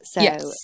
Yes